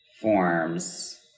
forms